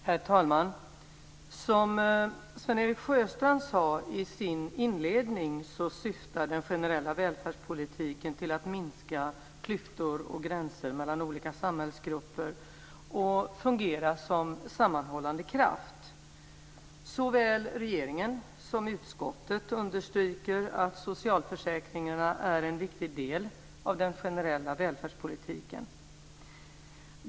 Herr talman! Som Sven-Erik Sjöstrand sade i sin inledning att den generella välfärdspolitiken syftar till att minska klyftor och gränser mellan olika samhällsgrupper och till att fungera som en sammanhållande kraft. Såväl regeringen som utskottet understryker att socialförsäkringarna är en viktig del av den generella välfärdspolitiken.